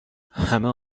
همه